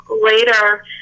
later